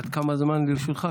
עד כמה זמן לרשותך?